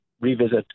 revisit